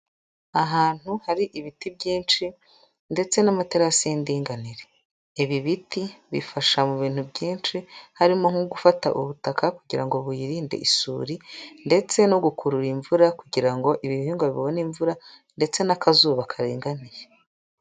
Ahantu hari ibiti byinshi ndetse n'amaterasi y'inganire, ibi biti bifasha mu bintu byinshi harimo nko gufata ubutaka kugira ngo wiyirinde isuri ndetse no gukurura imvura kugira ngo ibihingwa bibone imvura ndetse n'akazuba karinganiye.